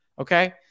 okay